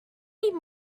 leave